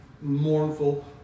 mournful